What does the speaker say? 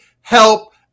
help